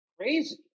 crazy